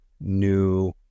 new